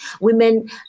women